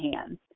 hands